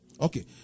Okay